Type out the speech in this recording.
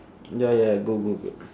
ya ya good good good